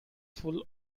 full